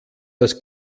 das